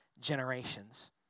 generations